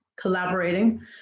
collaborating